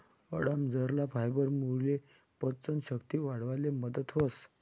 अंडामझरला फायबरमुये पचन शक्ती वाढाले मदत व्हस